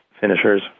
finishers